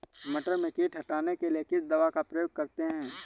मटर में कीट हटाने के लिए किस दवा का प्रयोग करते हैं?